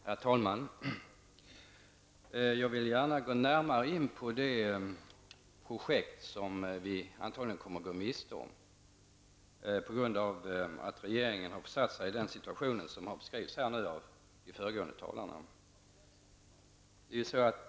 Herr talman! Jag vill gärna gå närmare in på det projekt som vi antagligen kommer att gå miste om på grund av att regeringen har försatt sig i den situation som har beskrivits av de föregående talarna.